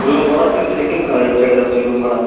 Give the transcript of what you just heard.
room ଭଡ଼ା କେମତି ସିୟାଡ଼େ ଅଛି ରୁମ୍ ଭଡ଼ା